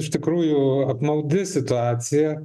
iš tikrųjų apmaudi situacija